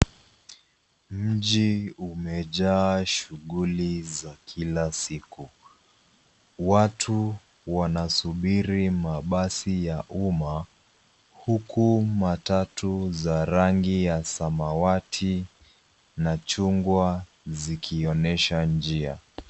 Mji umejaa shughuli za kila siku. Watu wanasubiri mabasi ya umma huku matatu za rangi ya samawati na chungwa zikionesha njia.